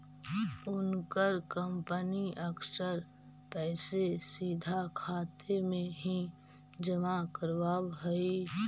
उनकर कंपनी अक्सर पैसे सीधा खाते में ही जमा करवाव हई